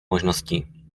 možností